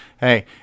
Hey